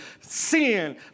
sin